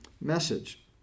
message